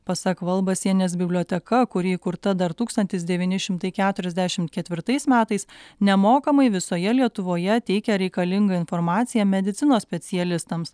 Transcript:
pasak volbasienės biblioteka kuri įkurta dar tūkstantis devyni šimtai keturiasdešimt ketvirtais metais nemokamai visoje lietuvoje teikia reikalingą informaciją medicinos specialistams